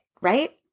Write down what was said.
right